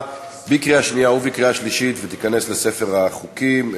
בקריאה שנייה ובקריאה שלישית ותיכנס לספר החוקים.